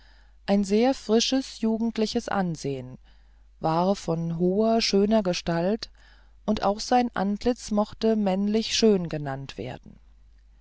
ein sehr frisches jugendliches ansehen war von hoher schöner gestalt und auch sein antlitz mochte männlich schön genannt werden